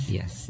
Yes